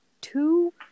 two